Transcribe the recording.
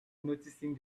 noticing